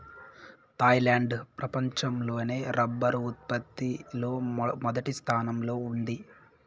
Thailand ప్రపంచం లోనే rubber ఉత్పత్తి లో మొదటి స్థానంలో ఉంది